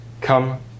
Come